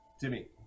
Timmy